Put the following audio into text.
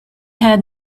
had